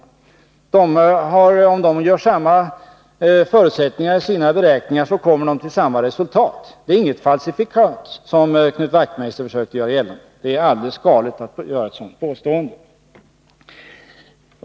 Om de i sina beräkningar utgår från samma förutsättningar som vi har utgått från, kommer de till samma resultat som vi har kommit till. Det är inte något falsifikat, vilket Knut Wachtmeister ville göra gällande. Det är helt galet att komma med ett sådant påstående.